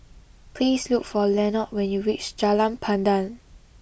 please look for Lenord when you reach Jalan Pandan